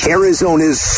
Arizona's